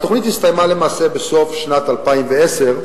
התוכנית הסתיימה למעשה בסוף שנת 2010,